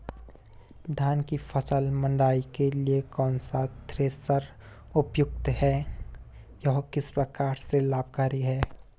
धान की फसल मड़ाई के लिए कौन सा थ्रेशर उपयुक्त है यह किस प्रकार से लाभकारी है?